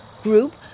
group